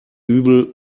übel